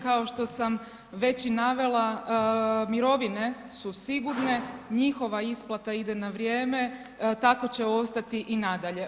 Kao što sam već i navela, mirovine su sigurne, njihova isplata ide na vrijeme, tako će ostati i nadalje.